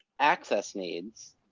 access needs,